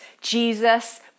Jesus